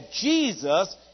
Jesus